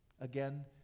Again